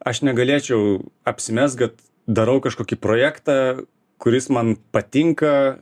aš negalėčiau apsimest kad darau kažkokį projektą kuris man patinka